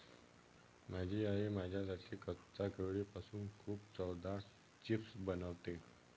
माझी आई माझ्यासाठी कच्च्या केळीपासून खूप चवदार चिप्स बनवते